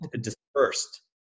dispersed